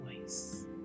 voice